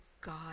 God